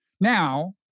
Now